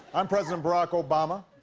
i'm president barack obama,